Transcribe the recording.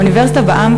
ה"אוניברסיטה בעם",